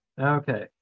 Okay